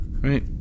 Right